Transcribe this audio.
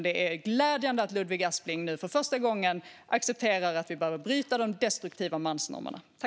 Det är dock glädjande att Ludvig Aspling nu för första gången accepterar att vi behöver bryta de destruktiva mansnormerna.